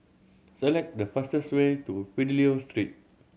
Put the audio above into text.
select the fastest way to Fidelio Street